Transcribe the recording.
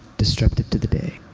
disruptive to the day.